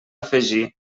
afegir